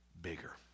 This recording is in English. bigger